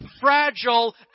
fragile